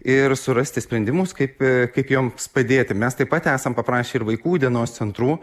ir surasti sprendimus kaip kaip joms padėti mes taip pat esam paprašę ir vaikų dienos centrų